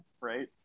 right